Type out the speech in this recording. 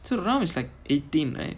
so ram is like eighteen right